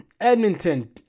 Edmonton